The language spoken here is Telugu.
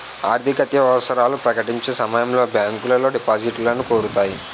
ఆర్థికత్యవసరాలు ప్రకటించే సమయంలో బ్యాంకులో డిపాజిట్లను కోరుతాయి